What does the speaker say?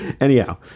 anyhow